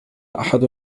أحد